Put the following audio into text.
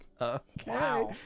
Okay